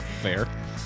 Fair